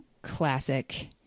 classic